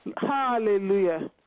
hallelujah